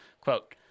Quote